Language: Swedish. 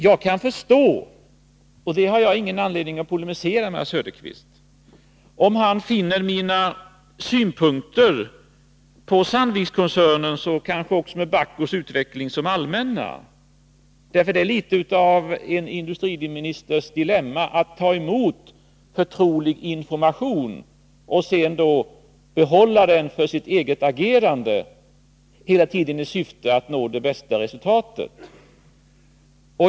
Jag kan förstå om herr Söderqvist finner mina synpunkter på Sandvikskoncernens och kanske också på Bahcos utveckling allmänna — på den punkten har jag ingen anledning att polemisera mot herr Söderqvist. Det är litet av en industriministers dilemma att ta emot förtrolig information och sedan vid sitt agerande behålla den för sig själv, hela tiden i syfte att nå det bästa resultatet.